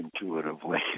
intuitively